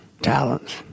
talents